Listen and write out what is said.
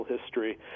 history